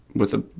with a